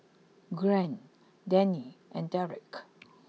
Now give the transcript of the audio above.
Gwen Deneen and Derick